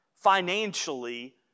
Financially